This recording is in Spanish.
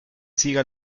siga